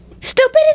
Stupid